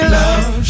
love